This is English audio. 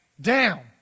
Down